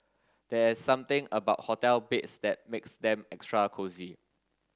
there's something about hotel beds that makes them extra cosy